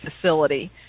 facility